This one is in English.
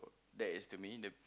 that is to me the